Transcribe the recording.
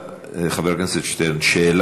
חבר הכנסת אלעזר שטרן.